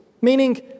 Meaning